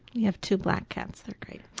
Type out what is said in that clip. we have two black cats, they're great.